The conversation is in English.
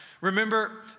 Remember